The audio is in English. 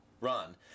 run